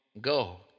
go